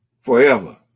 forever